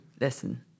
listen